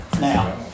Now